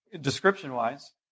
description-wise